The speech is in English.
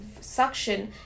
suction